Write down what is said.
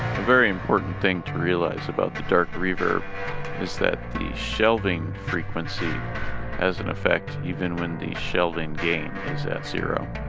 very important thing to realize about the dark reverb is that the shelving frequency has an effect even when the shelving gain is at zero